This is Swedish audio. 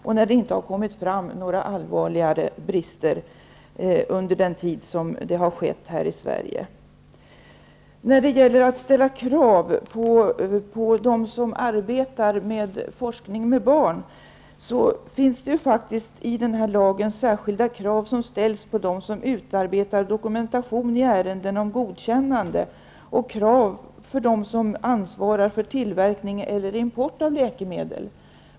Det har inte heller framkommit några allvarliga brister under den tid sådan behandling har skett här i Sverige. När det gäller de särskilda krav som kan ställas på dem som arbetar med forskning med barn, ställs i denna lag särskilda krav på dem som utarbetar dokumentation i ärenden om godkännande. Det ställs också krav på den som ansvarar för tillverkning eller import av läkemedel.